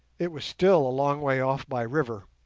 it was still a long way off by river,